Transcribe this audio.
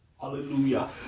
Hallelujah